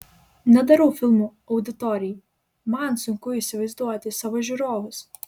nedarau filmų auditorijai man sunku įsivaizduoti savo žiūrovus